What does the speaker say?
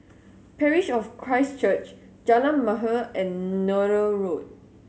Parish of Christ Church Jalan Mahir and Nallur Road